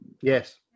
Yes